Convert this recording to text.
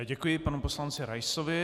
Děkuji panu poslanci Raisovi.